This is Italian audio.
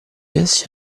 essi